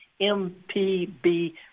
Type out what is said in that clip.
MPB